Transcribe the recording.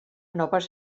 noves